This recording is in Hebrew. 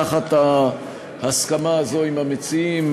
תחת ההסכמה הזאת עם המציעים,